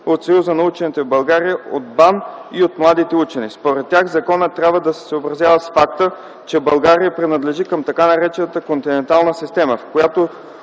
от Съюза на учените в България, от Българската академия на науките и от младите учени. Според тях законът трябва да се съобразява с факта, че България принадлежи към така наречената континентална система, в която